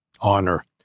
honor